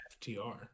FTR